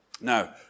Now